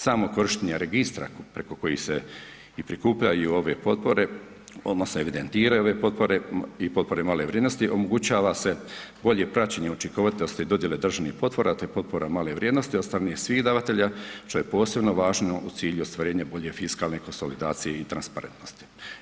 Samo korištenje registra preko kojih se i prikupljaju ove potpore, odmah se evidentiraju ove potpore i potpore male vrijednosti, omogućava se bolje praćenje učinkovitosti dodjele državnih potpora te potpora male vrijednosti od strane svih davatelja što je posebno važno u cilju ostvarenja bolje fiskalne konsolidacije i transparentnosti.